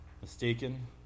mistaken